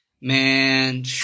man